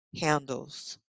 handles